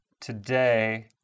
today